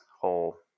whole